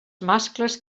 mascles